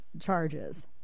charges